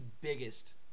biggest